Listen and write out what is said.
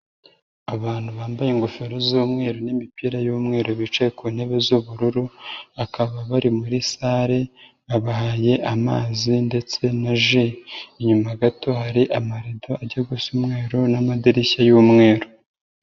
Abantu bambaye ingofero z'umweru n'imipira y'umweru bicaye ku ntebe z'ubururu, bakaba bari muri sare babahaye amazi ndetse na ji. Inyuma gato hari amarido ajya gusa umweru n'amadirishya y'umweru.